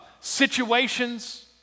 situations